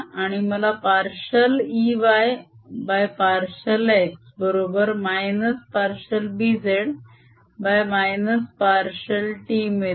आणि मला partial Ey partial x बरोबर - पार्शिअल Bz - पार्शिअल t मिळते